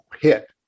hit